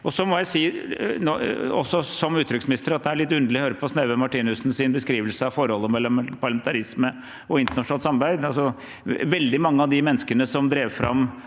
at det er litt underlig å høre på Sneve Martinussens beskrivelse av forholdet mellom parlamentarisme og internasjonalt samarbeid. Veldig mange av de menneskene som drev fram